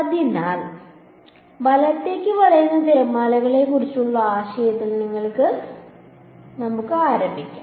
അതിനാൽ വലത്തേക്ക് വളയുന്ന തിരമാലകളെക്കുറിച്ചുള്ള ആശയത്തിൽ നിന്ന് നമുക്ക് ആരംഭിക്കാം